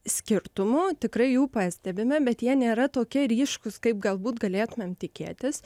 skirtumų tikrai jų pastebime bet jie nėra tokie ryškūs kaip galbūt galėtumėm tikėtis